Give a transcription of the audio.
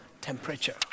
temperature